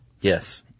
Yes